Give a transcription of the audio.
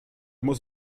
muss